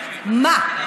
מה,